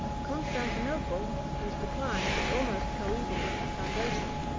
constantinople, whose decline is almost coeval with her foundation,